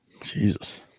Jesus